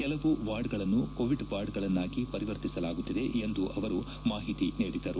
ಕೆಲವು ವಾರ್ಡ್ಗಳನ್ನು ಕೋವಿಡ್ ವಾರ್ಡ್ಗಳನ್ನು ಪರಿವರ್ತಿಸಲಾಗುತ್ತಿದೆ ಎಂದು ಅವರು ಮಾಹಿತಿ ನೀಡಿದರು